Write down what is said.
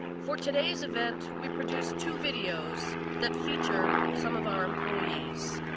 for today's event, we produced two videos that feature some of our employees.